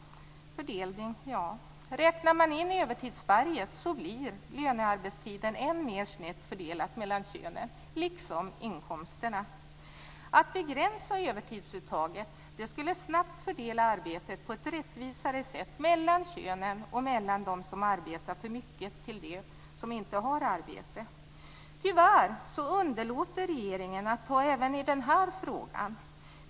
Fördelning, ja. Räknar man in övertidsberget blir lönearbetstiden än mer snett fördelad mellan könen, liksom inkomsterna. Att begränsa övertidsuttaget skulle snabbt fördela arbetet på ett rättvisare sätt mellan könen och mellan dem som arbetar för mycket och dem som inte har arbete. Tyvärr underlåter regeringen att ta även i den här frågan.